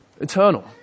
Eternal